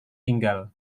tinggal